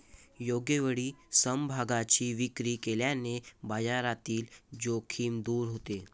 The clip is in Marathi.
योग्य वेळी समभागांची विक्री केल्याने बाजारातील जोखीम दूर होते